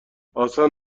آسان